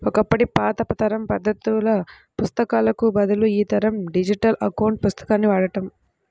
ఒకప్పటి పాత తరం పద్దుల పుస్తకాలకు బదులు ఈ తరం డిజిటల్ అకౌంట్ పుస్తకాన్ని వాడండి